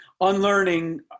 Unlearning